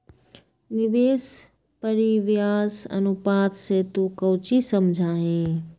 निवेश परिव्यास अनुपात से तू कौची समझा हीं?